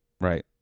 Right